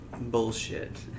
bullshit